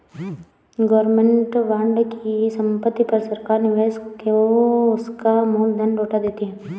government bond की समाप्ति पर सरकार निवेशक को उसका मूल धन लौटा देती है